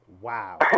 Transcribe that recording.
wow